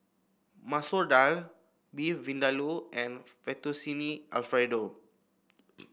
Masoor Dal Beef Vindaloo and Fettuccine Alfredo